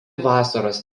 vasaros